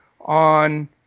on